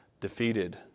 defeated